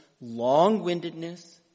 long-windedness